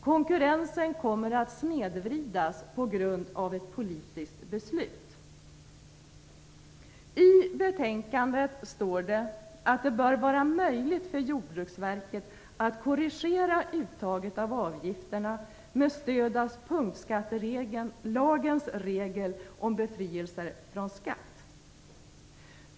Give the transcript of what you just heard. Konkurrensen kommer att snedvridas på grund av ett politiskt beslut. I betänkandet står det att det bör vara möjligt för Jordbruksverket att korrigera uttaget av avgifterna med stöd av punktskattelagens regler om befrielse från skatt.